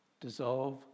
dissolve